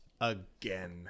again